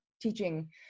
teaching